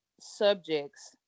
subjects